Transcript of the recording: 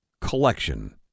collection